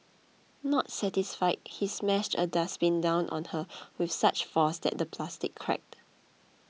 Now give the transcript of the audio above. not satisfied he smashed a dustbin down on her with such force that the plastic cracked